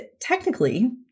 technically